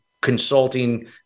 consulting